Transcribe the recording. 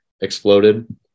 exploded